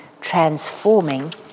transforming